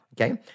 okay